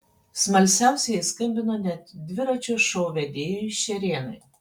smalsiausieji skambino net dviračio šou vedėjui šerėnui